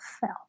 fell